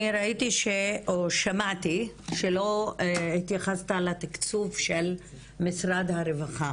אני שמעתי שלא התייחסת לתקצוב של משרד הרווחה,